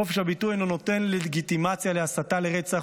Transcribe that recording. חופש הביטוי אינו נותן לגיטימציה להסתה לרצח,